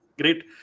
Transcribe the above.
Great